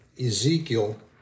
Ezekiel